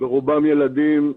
ברובם ילדים,